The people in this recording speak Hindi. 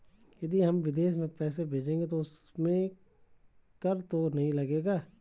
यदि हम विदेश में पैसे भेजेंगे तो उसमें कर तो नहीं लगेगा?